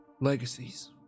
legacies